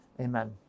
Amen